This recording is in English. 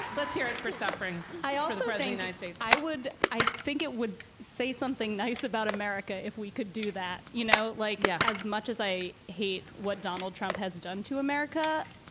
let's hear it for suffering. i also and i'd say i would. i think it would say something nice about america if we could do that. you know, like. yeah. as much as i hate what donald trump has done to america,